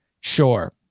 sure